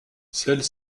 celles